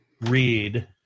read